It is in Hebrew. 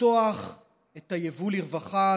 לפתוח את היבוא לרווחה,